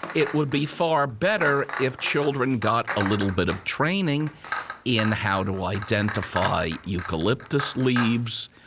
it would be far better if children got a little bit of training in how to identify eucalyptus leaves,